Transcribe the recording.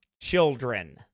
children